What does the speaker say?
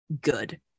good